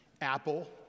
Apple